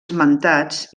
esmentats